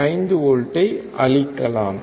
5 வோல்ட்ஐ அளிக்கலாம்